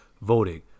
voting